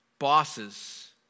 bosses